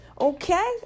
Okay